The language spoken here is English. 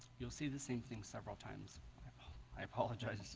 you'll see the same thing several times i apologize